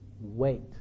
wait